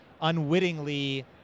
unwittingly